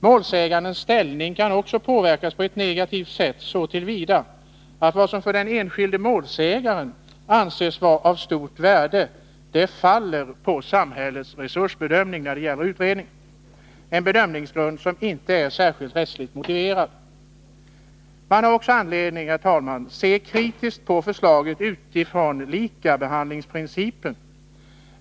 Målsägandens ställning kan också påverkas på ett negativt sätt så till vida att vad som för den enskilde målsäganden anses vara av stort värde faller på samhällets resursbedömning när det gäller utredning — en bedömningsgrund som inte är speciellt rättsligt motiverad. Man har också anledning, herr talman, att se kritiskt på förslaget utifrån likabehandlingsprincipen.